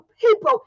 people